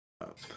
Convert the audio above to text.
up